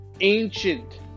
ancient